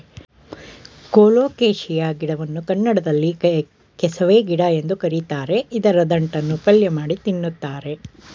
colocasia ಗಿಡವನ್ನು ಕನ್ನಡದಲ್ಲಿ ಕೆಸವೆ ಗಿಡ ಎಂದು ಕರಿತಾರೆ ಇದರ ದಂಟನ್ನು ಪಲ್ಯಮಾಡಿ ತಿನ್ನುತ್ತಾರೆ